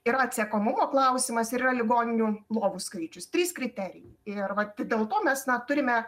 yra atsekamumo klausimas yra ligoninių lovų skaičius trys kriterijai ir vat tai dėl to mes na turime